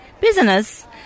business